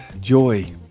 joy